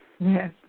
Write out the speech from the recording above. Yes